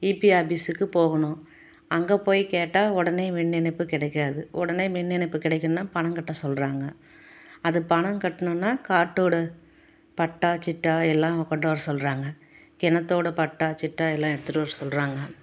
EB ஆஃபீஸுக்கு போகணும் அங்கே போய் கேட்டால் உடனே மின் இணைப்பு கிடைக்காது உடனே மின் இணைப்பு கிடைக்கணுன்னா பணம் கட்ட சொல்கிறாங்க அது பணம் கட்டணும்னா காட்டோட பட்டா சிட்டா எல்லாம் கொண்டு வர சொல்கிறாங்க கிணத்தோட பட்டா சிட்டா எல்லாம் எடுத்துட்டு வர சொல்கிறாங்க